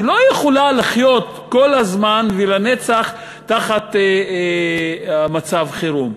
לא יכולה לחיות כל הזמן ולנצח תחת מצב חירום.